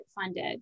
funded